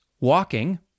walking